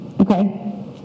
okay